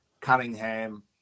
Cunningham